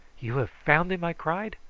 you have found him? i cried.